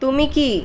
তুমি কী